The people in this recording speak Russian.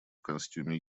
костюме